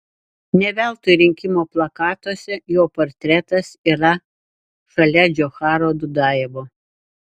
ne veltui rinkimų plakatuose jo portretas yra šalia džocharo dudajevo